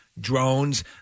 drones